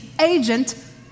agent